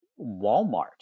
Walmart